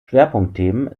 schwerpunktthemen